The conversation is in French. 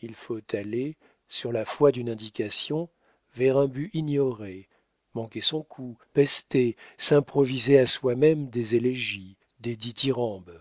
il faut aller sur la foi d'une indication vers un but ignoré manquer son coup pester s'improviser à soi-même des élégies des dithyrambes